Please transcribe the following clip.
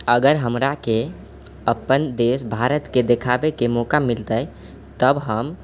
अगर हमराके अपन देश भारतके देखाबैके मौका मिलतै तब हम